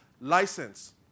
license